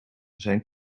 zijn